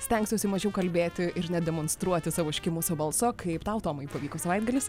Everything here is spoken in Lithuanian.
stengsiuosi mažiau kalbėti ir nedemonstruoti savo užkimusio balso kaip tau tomai pavyko savaitgalis